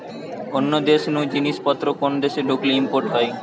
অন্য দেশ নু জিনিস পত্র কোন দেশে ঢুকলে ইম্পোর্ট হয়